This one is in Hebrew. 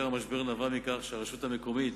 עיקר המשבר נבע מכך שהרשות המקומית,